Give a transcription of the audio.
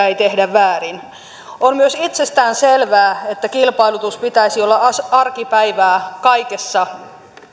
ei tehdä väärin on myös itsestään selvää että kilpailutuksen pitäisi olla arkipäivää kaikessa